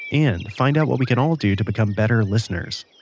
and find out what we can all do to become better listeners,